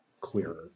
Clearer